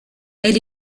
elle